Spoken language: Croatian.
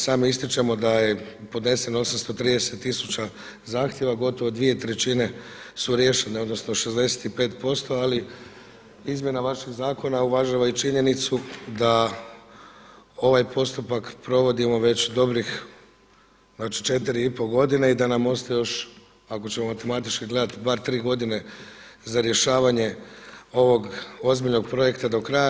Samo ističemo da je podneseno 830 tisuća zahtjeva, gotovo 2/3 su riješene odnosno 65%, ali izmjena vašeg zakona uvažava i činjenicu da ovaj postupak provodimo već dobrih znači 4 i pol godine i da nam ostaje još ako ćemo matematički gledati bar 3 godine za rješavanje ovog ozbiljnog projekta do kraja.